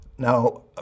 Now